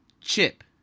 chip